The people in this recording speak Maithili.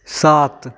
सात